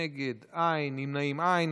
נגד, אין, נמנעים אין.